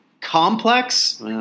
Complex